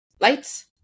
Lights